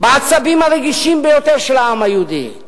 בעצבים הרגישים ביותר של העם היהודי.